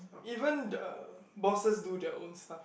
even the bosses do their own stuff